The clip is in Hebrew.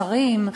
שרים,